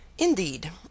Indeed